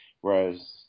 whereas